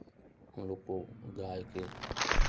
हमलोग को गाय के